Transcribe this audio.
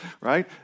right